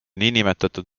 niinimetatud